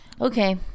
Okay